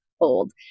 old